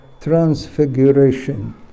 transfiguration